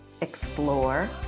explore